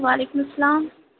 وعلیکم السّلام